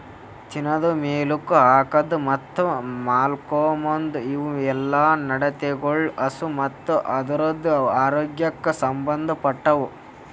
ತಿನದು, ಮೇಲುಕ್ ಹಾಕದ್ ಮತ್ತ್ ಮಾಲ್ಕೋಮ್ದ್ ಇವುಯೆಲ್ಲ ನಡತೆಗೊಳ್ ಹಸು ಮತ್ತ್ ಅದುರದ್ ಆರೋಗ್ಯಕ್ ಸಂಬಂದ್ ಪಟ್ಟವು